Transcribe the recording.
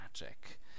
magic